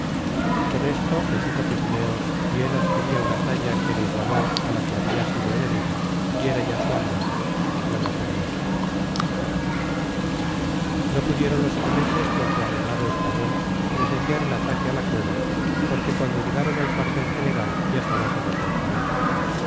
con esto les hizo pigmeos y él adquiría una talla que le igualó a la que había sido enemiga y era ya su aliada la naturaleza no pudieron los ingleses con su agregado español presenciar el ataque a la cueva porque cuando llegaron al cuartel general ya estaba todo concluido